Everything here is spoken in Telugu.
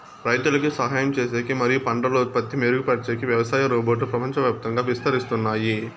రైతులకు సహాయం చేసేకి మరియు పంటల ఉత్పత్తి మెరుగుపరిచేకి వ్యవసాయ రోబోట్లు ప్రపంచవ్యాప్తంగా విస్తరిస్తున్నాయి